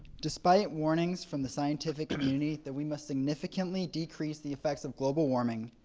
despise warnings from the scientific community that we must significantly decrease the effects of global warming,